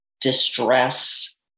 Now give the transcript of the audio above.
distress